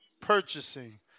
purchasing